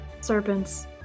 Serpents